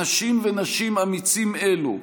אנשים ונשים אמיצים אלו,